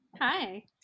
Hi